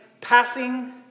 passing